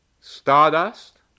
Stardust